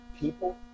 people